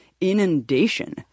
inundation